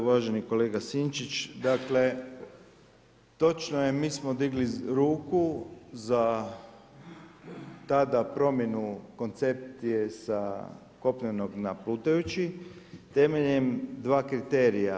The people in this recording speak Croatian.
Uvaženi kolega Sinčić, dakle točno je, mi smo digli ruku za tada promjenu koncepcije sa kopnenog na plutajući temeljem dva kriterija.